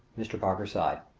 mr. parker sighed.